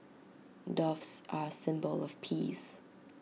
doves are A symbol of peace